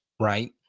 Right